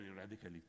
radically